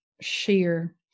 share